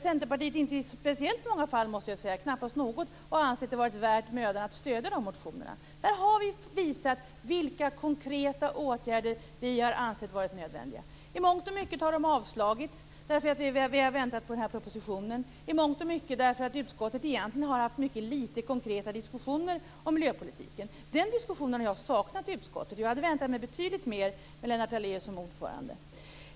Centerpartiet har inte i speciellt många fall - knappast något, måste jag säga - ansett det vara mödan värt att stödja dessa motioner. Där har vi visat vilka konkreta åtgärder vi har ansett vara nödvändiga. I mångt och mycket har de avslagits eftersom vi har väntat på den här proposition, i mångt och mycket för att utskottet egentligen har haft mycket litet konkreta diskussioner om miljöpolitiken. Den diskussionen har jag saknat i utskottet. Jag hade väntat mig betydligt mer med Lennart Daléus som ordförande.